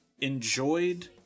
enjoyed